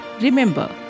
Remember